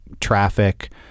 traffic